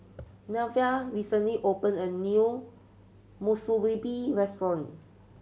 Neveah recently opened a new Monsunabe Restaurant